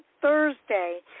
Thursday